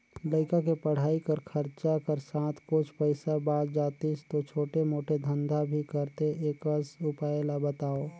लइका के पढ़ाई कर खरचा कर साथ कुछ पईसा बाच जातिस तो छोटे मोटे धंधा भी करते एकस उपाय ला बताव?